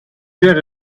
wäre